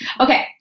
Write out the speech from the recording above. Okay